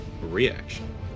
reaction